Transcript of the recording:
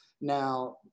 Now